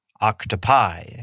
octopi